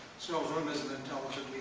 searle's room isn't intelligent